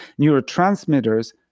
Neurotransmitters